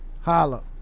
Holla